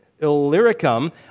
Illyricum